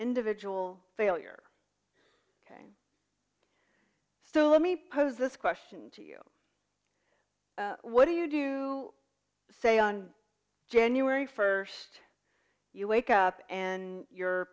individual failure ok so let me pose this question to you what do you do say on january first you wake up and your